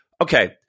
okay